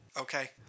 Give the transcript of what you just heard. Okay